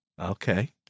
Okay